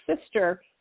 sister